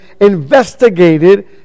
investigated